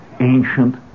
ancient